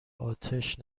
آتش